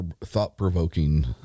Thought-provoking